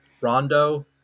Rondo